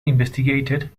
investigated